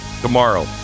tomorrow